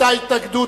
היתה התנגדות,